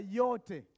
yote